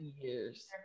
years